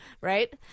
right